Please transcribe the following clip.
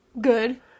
Good